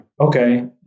okay